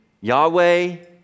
Yahweh